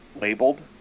Labeled